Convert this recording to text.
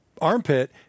armpit